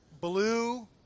blue